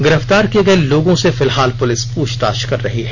गिरफ्तार किए गए लोगों से फिलहाल पुलिस पूछताछ कर रही है